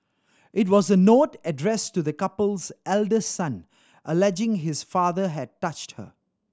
it was a note addressed to the couple's eldest son alleging his father had touched her